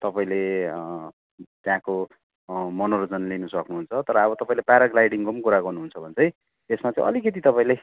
तपाईँले त्यहाँको मनोरञ्जन लिनु सक्नुहुन्छ तर अब तपाईँले प्याराग्लाइडिङको पनि कुरा गर्नुहुन्छ भने चाहिँ त्यसमा चाहिँ अलिकति तपाईँले